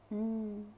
mm